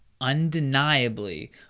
undeniably